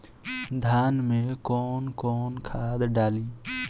धान में कौन कौनखाद डाली?